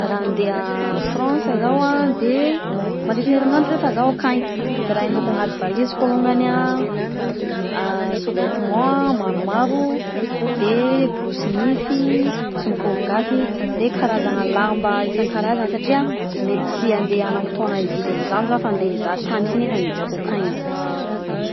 Raha andeha a France zaho a, mandritra ny herignandro nefa zaho ankagny, ny raha hindaoko agnaty valiziko alongany a sous vetement a maromaro, de borosy nify, sy ny kolgaty de karazana lamba isan-karazany mety tsy handeha hanam-potoagna hividy anzany zah fa andeha hizaha tany si nefa ny diako ankagny.